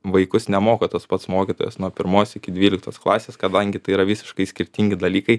vaikus nemoko tas pats mokytojas nuo pirmos iki dvyliktos klasės kadangi tai yra visiškai skirtingi dalykai